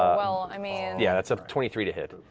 i mean yeah, that's a twenty three to hit.